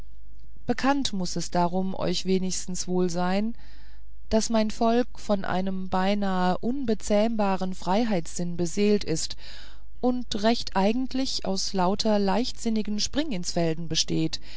bekannt muß es darum euch wenigstens wohl sein daß mein volk von einem beinahe unzähmbaren freiheitssinn beseelt ist und recht eigentlich aus lauter leichtsinnigen springinsfelden besteht